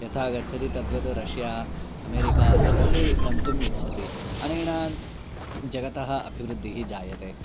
यथा गच्छति तद्वत् रश्श्या अमेरिका तदपि गन्तुम् इच्छति अनेन जगतः अभिवृद्धिः जायते